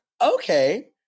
okay